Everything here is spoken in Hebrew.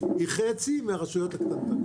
היא חצי מהרשויות הקטנות.